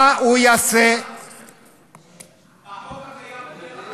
יש לך תשובה.